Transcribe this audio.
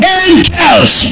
angels